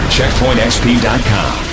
CheckpointXP.com